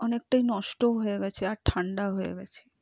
অনেকটাই নষ্টও হয়ে গেছে আর ঠান্ডা হয়ে গেছে